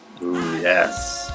Yes